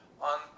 on